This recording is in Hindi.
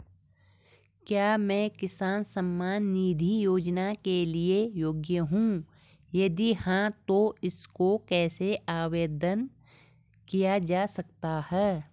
क्या मैं किसान सम्मान निधि योजना के लिए योग्य हूँ यदि हाँ तो इसको कैसे आवेदन किया जा सकता है?